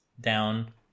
down